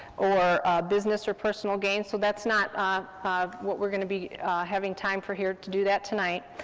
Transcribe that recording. or business or personal gain, so that's not what we're going to be having time for here, to do that tonight.